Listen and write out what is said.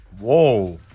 Whoa